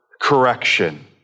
correction